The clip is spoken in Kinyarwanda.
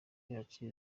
yacu